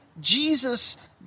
Jesus